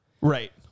Right